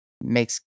makes